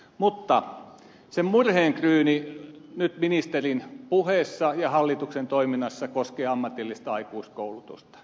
mutta se murheenkryyni nyt ministerin puheessa ja hallituksen toiminnassa koskee ammatillista aikuiskoulutusta